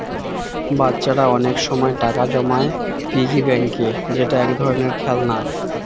বাচ্চারা অনেক সময় টাকা জমায় পিগি ব্যাংকে যেটা এক ধরনের খেলনা